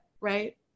right